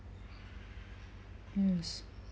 yes